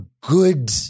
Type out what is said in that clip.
good